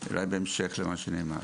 בהמשך למה שנאמר.